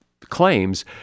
claims